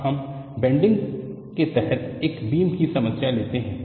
अब हम बेंडिंग के तहत एक बीम की समस्या लेते हैं